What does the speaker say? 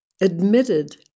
admitted